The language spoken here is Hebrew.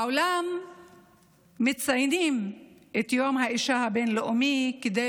בעולם מציינים את יום האישה הבין-לאומי כדי